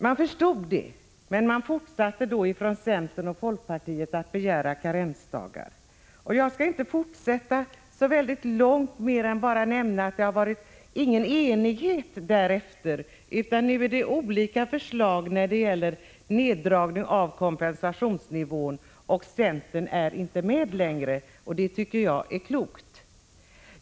Moderaterna förstod detta, medan centern och folkpartiet fortsatte att begära karensdagar. Jag skall inte säga så mycket mer än att det efter detta inte har varit någon enighet inom borgerligheten. Det har nu lagts fram olika förslag till neddragning av kompensationsnivån, och centern är inte längre med. Det tycker jag är klokt av centern.